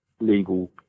Legal